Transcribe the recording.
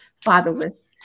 fatherless